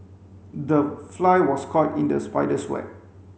the fly was caught in the spider's web